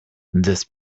this